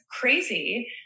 crazy